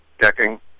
decking